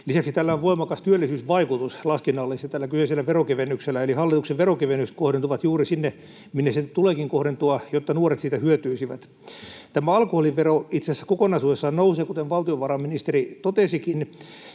veronkevennyksellä on voimakas työllisyysvaikutus laskennallisesti. Eli hallituksen veronkevennys kohdentuu juuri sinne, minne sen tuleekin kohdentua, jotta nuoret siitä hyötyisivät. Tämä alkoholivero itse asiassa kokonaisuudessaan nousee, kuten valtiovarainministeri totesikin,